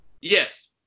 Yes